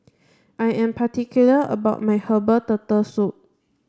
I am particular about my herbal turtle soup